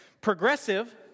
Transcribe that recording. progressive